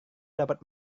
dapat